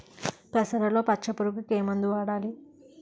పెసరలో పచ్చ పురుగుకి ఏ మందు వాడాలి?